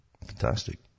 Fantastic